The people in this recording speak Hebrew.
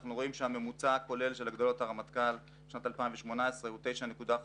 אנחנו רואים שהממוצע הכולל של הגדלות הרמטכ"ל לשנת 2018 הוא 9.53%,